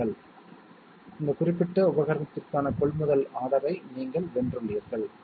வாழ்த்துகள் இந்த குறிப்பிட்ட உபகரணத்திற்கான கொள்முதல் ஆர்டரை நீங்கள் வென்றுள்ளீர்கள்